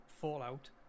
Fallout